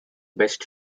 best